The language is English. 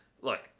look